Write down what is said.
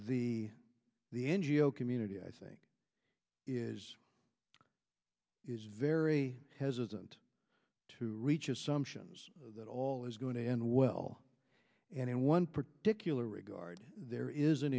the the n g o community i think is is very hesitant to reach assumptions that all is going to end well and in one particular regard there is an